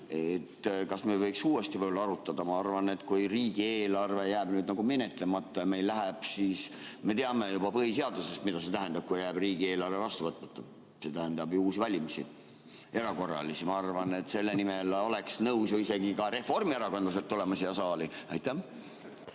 Kas me ei võiks uuesti arutada? Ma arvan, et kui riigieelarve jääb nüüd menetlemata, siis me teame juba põhiseadusest, mida see tähendab, kui jääb riigieelarve vastu võtmata. See tähendab ju uusi valimisi, erakorralisi. Ma arvan, et selle nimel oleks nõus isegi reformierakondlased tulema siia saali. Aitäh!